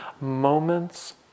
moments